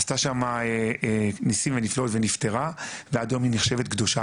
עשתה שמה ניסים ונפלאות ונפטרה ועד היום היא נחשבת קדושה.